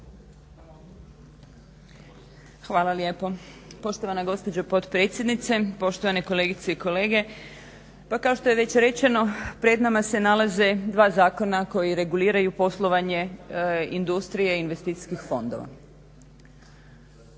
Hvala lijepo poštovana gospođo potpredsjednice. Poštovane kolegice i kolege. Pa kao što je već rečeno pred nama se nalaze dva zakona koji reguliraju poslovanje industrije i investicijskih fondova